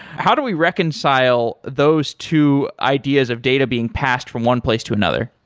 how do we reconcile those two ideas of data being passed from one place to another?